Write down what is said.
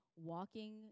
walking